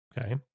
Okay